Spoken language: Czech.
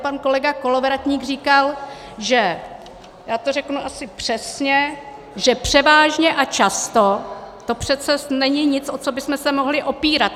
Pan kolega Kolovratník říkal, že já to řeknu asi přesně že převážně a často to přece není nic, o co bychom se mohli opírat.